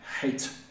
hate